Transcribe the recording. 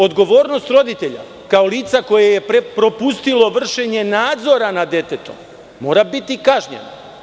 Odgovornost roditelja kao lica koje je propustilo vršenje nadzora nad detetom mora biti kažnjeno.